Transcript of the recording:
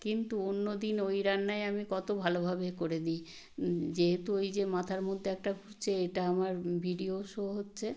কিন্তু অন্যদিন ওই রান্নাই আমি কত ভালোভাবে করে দিই যেহেতু ওই যে মাথার মধ্যে একটা ঘুরছে এটা আমার ভিডিও শো হচ্ছে